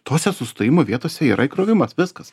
tose sustojimo vietose yra įkrovimas viskas